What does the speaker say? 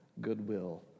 goodwill